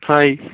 ਹਾਂ ਜੀ